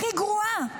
הכי גרועה.